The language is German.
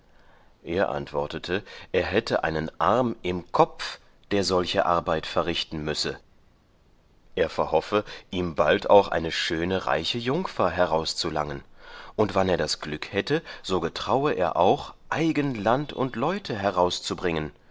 er antwortete er hätte einen arm im kopf der solche arbeit verrichten müsse er verhoffe ihm bald auch eine schöne reiche jungfer herauszulangen und wann er das glück hätte so getraue er auch eigen land und leute herauszubringen